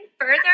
further